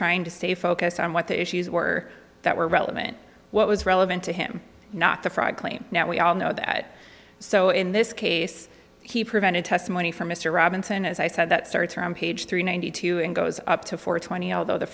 trying to stay focused on what the issues were that were relevant what was relevant to him not the fraud claim now we all know that so in this case he prevented testimony from mr robinson as i said that starts around page three ninety two and goes up to four twenty although the